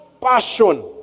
passion